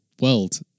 world